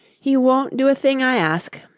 he won't do a thing i ask!